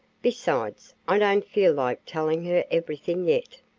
besides, i don't feel like telling her everything yet.